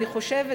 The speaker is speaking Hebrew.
אני חושבת,